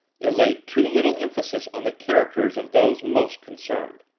it laid too little emphasis on the characters of those most concerned.